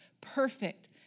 perfect